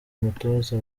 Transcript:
umutoza